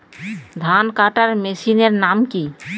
ধান কাটার মেশিনের নাম কি?